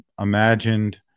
imagined